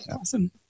Awesome